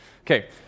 Okay